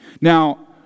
Now